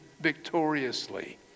victoriously